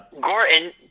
Gordon